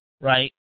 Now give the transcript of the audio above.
right